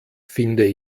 finde